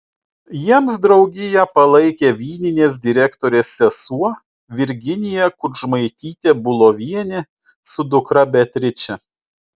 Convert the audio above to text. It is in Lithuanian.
jiems draugiją palaikė vyninės direktorės sesuo virginija kudžmaitytė bulovienė su dukra beatriče